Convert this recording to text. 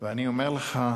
ואני אומר לך: